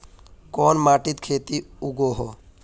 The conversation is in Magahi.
कोन माटित खेती उगोहो?